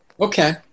Okay